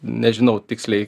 nežinau tiksliai